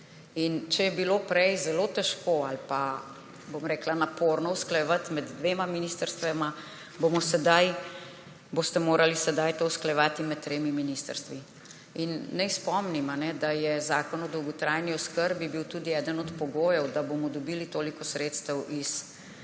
In če je bilo prej zelo težko ali pa, bom rekla, naporno usklajevati med dvema ministrstvoma, boste morali sedaj to usklajevati med tremi ministrstvi. Naj spomnim, da je bil Zakon o dolgotrajni oskrbi tudi eden od pogojev, da bomo dobili toliko sredstev iz